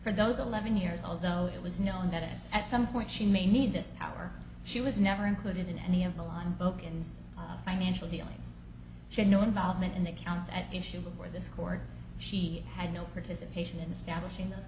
for those eleven years although it was known that at some point she may need this power she was never included in any of the line in the financial dealings she had no involvement in the accounts at issue before this court she had no participation in establishing those